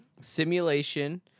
Simulation